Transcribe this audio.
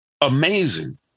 Amazing